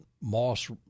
moss